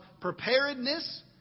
preparedness